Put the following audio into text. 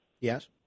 Yes